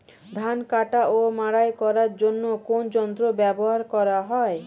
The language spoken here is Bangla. ধান কাটা ও মাড়াই করার জন্য কোন যন্ত্র ব্যবহার করা হয়?